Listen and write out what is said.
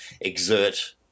exert